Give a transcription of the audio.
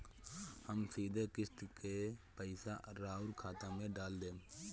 हम सीधे किस्त के पइसा राउर खाता में डाल देम?